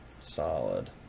Solid